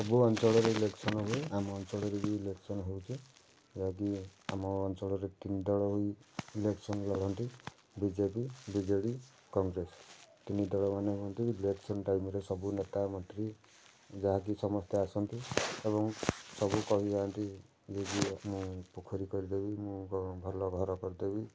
ସବୁ ଅଞ୍ଚଳରେ ଇଲେକ୍ସନ୍ ହୁଏ ଆମ ଅଞ୍ଚଳରେ ବି ଇଲେକ୍ସନ୍ ହେଉଛି ଯାହାକି ଆମ ଅଞ୍ଚଳରେ ତିନି ଦଳ ହୋଇ ଇଲେକ୍ସନ୍ ଲଢ଼ନ୍ତି ବିଜେପି ବିଜେଡ଼ି କଂଗ୍ରେସ ତିନି ଦଳମାନ ଇଲେକ୍ସନ୍ ଟାଇମ୍ରେ ସବୁ ନେତା ମନ୍ତ୍ରୀ ଯାହାକି ସମସ୍ତେ ଆସନ୍ତି ଏବଂ ସବୁ କହିଯାଆନ୍ତି ଯେ ମୁଁ ପୋଖରୀ କରିଦେବି ମୁଁ ଭଲ ଘର କରିଦେବି